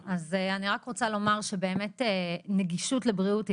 אז אני רק רוצה לומר שבאמת נגישות לבריאות זה